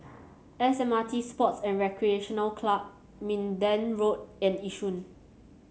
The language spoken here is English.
S M R T Sports and Recreation Club Minden Road and Yishun